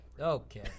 okay